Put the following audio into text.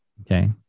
Okay